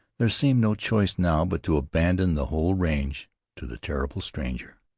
there seemed no choice now but to abandon the whole range to the terrible stranger.